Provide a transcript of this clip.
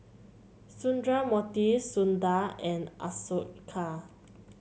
Sundramoorthy Sundar and Ashoka